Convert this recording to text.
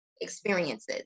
experiences